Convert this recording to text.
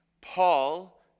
Paul